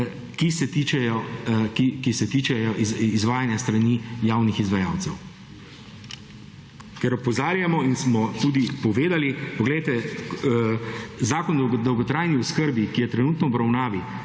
ki se tičejo izvajanja s strani javnih izvajalcev. Ker opozarjamo in smo tudi povedali, poglejte, Zakon o dolgotrajni oskrbi, ki je trenutno v obravnavi,